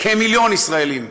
כמיליון ישראלים,